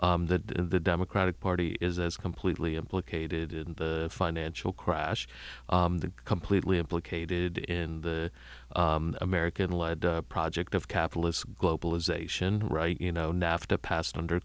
wings that the democratic party is as completely implicated in the financial crash completely implicated in the american led project of capitalists globalization right you know nafta passed under